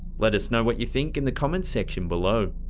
let us know what you think in the comment section below.